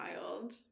Wild